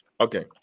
Okay